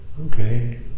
Okay